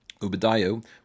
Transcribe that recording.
Ubedayo